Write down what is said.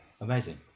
Amazing